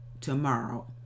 tomorrow